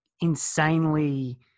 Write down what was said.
insanely